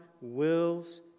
wills